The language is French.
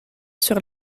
sur